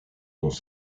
dans